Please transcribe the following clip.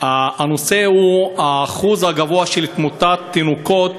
הנושא הוא השיעור הגבוה של תמותת תינוקות